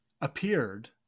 appeared